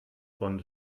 von